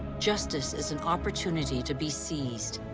justice is an opportunity to be seized.